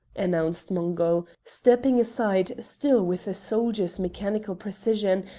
announced mungo, stepping aside still with the soldier's mechanical precision,